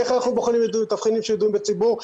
איך אנחנו בוחנים תבחינים של ידועים בציבור?